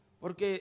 Porque